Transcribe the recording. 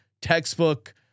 textbook